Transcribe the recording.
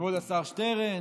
כבוד השר שטרן,